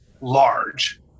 large